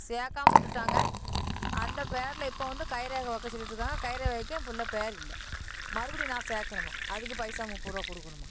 சேர்க்காம விட்டுவிட்டாங்க அந்த பேரில் இப்போ வந்து கைரேகை வைக்கச் சொல்லிகிட்டு இருக்காங்க கைரேகை வைக்க என் பிள்ளைப் பேர் இல்லை மறுபடியும் நான் சேர்க்கணுமாம் அதுக்கு பைசா முப்பது ரூவா கொடுக்கணுமாம்